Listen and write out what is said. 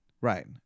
Right